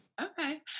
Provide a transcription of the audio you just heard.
okay